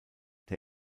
der